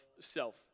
self